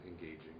engaging